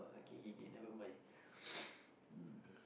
okay K K K never mind mm